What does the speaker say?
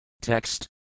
Text